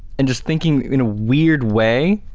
and just thinking in a weird way,